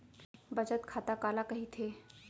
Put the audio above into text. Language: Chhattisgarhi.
बचत खाता काला कहिथे?